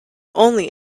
only